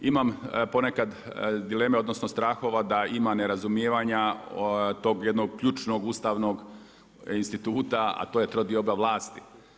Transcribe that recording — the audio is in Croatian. Imam ponekad dileme, odnosno strahova da ima nerazumijevanja tog jednog ključnog, ustavnog instituta a to je trodioba vlasti.